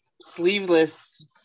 Sleeveless